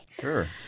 Sure